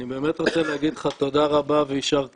אני באמת רוצה להגיד לך תודה רבה ויישר כוח,